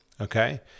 Okay